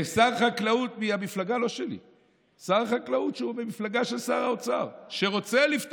תראו, שר האוצר הביא